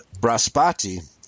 Braspati